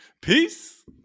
Peace